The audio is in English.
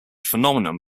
phenomenon